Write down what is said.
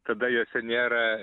tada jose nėra